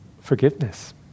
forgiveness